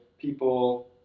people